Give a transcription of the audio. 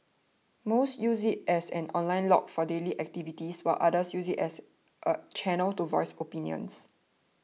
most use it as an online log for daily activities while others use it as a channel to voice opinions